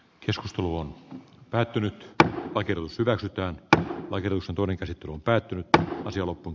keskustelu on päätynyt walker väitetään että oikeus oli käsite on päättynyt ja loput